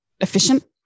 efficient